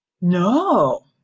no